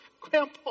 grandpa